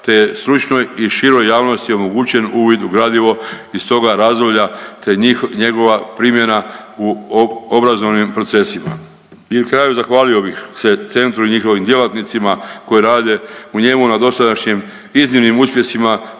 te stručnoj i široj javnosti omogućen uvid u gradivo iz toga razdoblja, te njegova primjena u obrazovnim procesima. I na kraju zahvalio bih se centru i njihovim djelatnicima koji rade u njemu na dosadašnjim iznimnim uspjesima